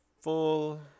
full